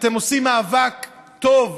אתם עושים מאבק טוב,